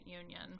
Union